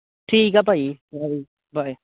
ਠੀਕ ਆ ਭਾਅ ਜੀ ਬਾਏ ਬਾਏ